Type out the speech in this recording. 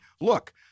look